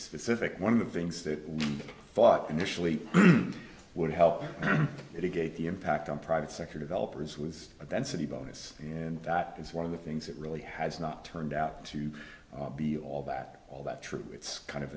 specific one of the things that we thought initially would help at a gate the impact on private sector developers was a density bonus and that is one of the things that really has not turned out to be all that all that true it's kind of